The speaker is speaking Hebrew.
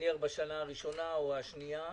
נניח בשנה הראשונה או השנייה,